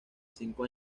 cinco